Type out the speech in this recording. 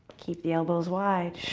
keep the elbows wide.